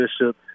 Bishop